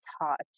taught